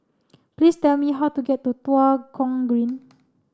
please tell me how to get to Tua Kong Green